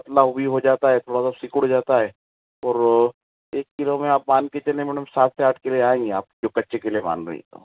पतला भी हो जाता है थोड़ा सा सिकुड़ जाता है और एक किलो में आप मानकर चले मैडम सात से आठ केले आएंगे जो कच्चे केले मांग रही